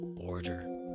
order